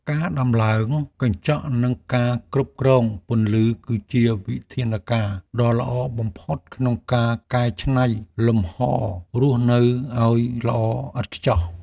ការដំឡើងកញ្ចក់និងការគ្រប់គ្រងពន្លឺគឺជាវិធានការណ៍ដ៏ល្អបំផុតក្នុងការកែច្នៃលំហររស់នៅឱ្យល្អឥតខ្ចោះ។